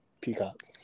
Peacock